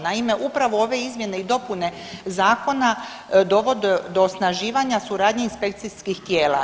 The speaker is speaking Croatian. Naime, upravo ove izmjene i dopune zakona dovode do osnaživanja suradnje inspekcijskih tijela.